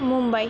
Mumbai